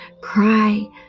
cry